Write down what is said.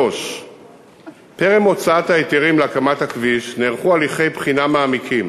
3. טרם הוצאת ההיתרים להקמת הכביש נערכו הליכי בחינה מעמיקים,